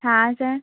हाँ सर